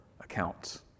accounts